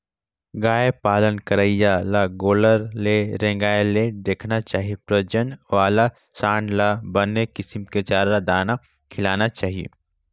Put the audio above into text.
गाय पालन करइया ल गोल्लर ल रेंगाय के देखना चाही प्रजनन वाला सांड ल बने किसम के चारा, दाना खिलाना चाही